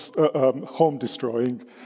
home-destroying